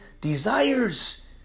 desires